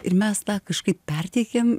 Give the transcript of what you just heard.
ir mes tą kažkaip perteikėm